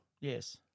Yes